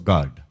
God